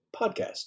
podcast